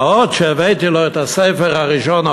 מה עוד שהבאתי לו את הספר הראשון,